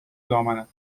دامنت